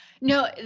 No